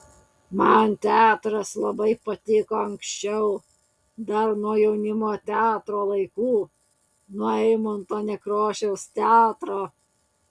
man teatras labai patiko anksčiau dar nuo jaunimo teatro laikų nuo eimunto nekrošiaus teatro